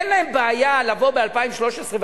אין להם בעיה לבוא ב-2013,